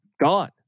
gone